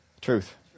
Truth